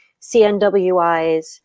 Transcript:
CNWIs